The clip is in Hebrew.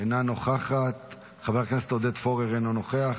אינה נוכחת, חבר הכנסת עודד פורר, אינו נוכח.